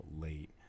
late